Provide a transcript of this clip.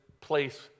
place